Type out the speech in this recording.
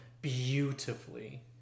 beautifully